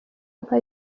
nka